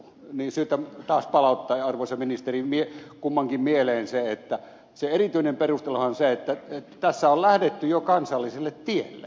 on syytä taas palauttaa arvoisa ministeri kummankin mieleen se että se erityinen perusteluhan on se että tässä on lähdetty jo kansalliselle tielle